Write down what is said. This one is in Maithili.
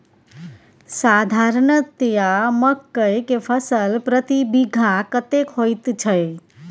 साधारणतया मकई के फसल प्रति बीघा कतेक होयत छै?